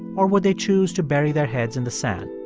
or would they choose to bury their heads in the sand?